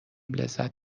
لذت